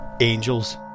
angels